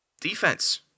Defense